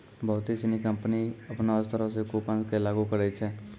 बहुते सिनी कंपनी अपनो स्तरो से कूपन के लागू करै छै